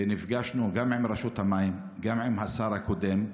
ונפגשנו גם עם רשות המים, גם עם השר הקודם.